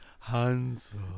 Hansel